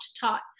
taught